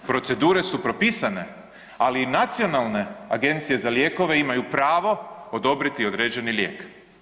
Procedure su propisane, ali i nacionalne agencije za lijekove imaju pravo odobriti određeni lijek.